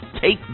take